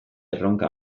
erronka